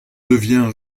deviens